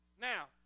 Now